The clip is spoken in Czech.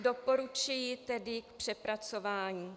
Doporučuji tedy k přepracování.